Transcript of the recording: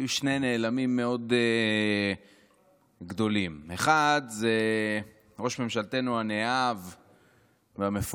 היו שני נעלמים מאוד גדולים: אחד הוא ראש ממשלתנו הנאהב והמפואר,